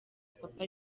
papa